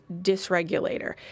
dysregulator